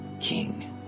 king